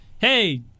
Hey